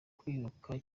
kwiruka